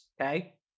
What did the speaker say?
okay